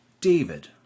David